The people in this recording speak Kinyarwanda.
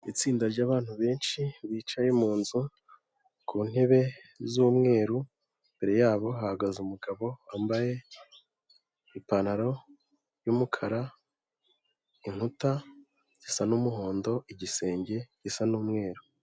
Itsinda ry'abantu benshi bicaye mu nzu ku ntebe z'umweru, imbere yabo hahagaze umugabo wambaye ipantaro y'umukara, inkuta zisa n'umuhondo, igisenge gisa n'umweru.